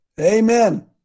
Amen